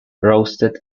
roasted